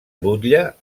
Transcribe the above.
butlla